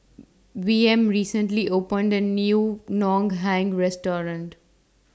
V M recently opened The New Ngoh Hiang Restaurant